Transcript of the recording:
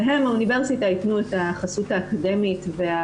והם האוניברסיטה ייתנו את החסות האקדמית.